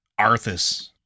Arthas